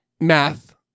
math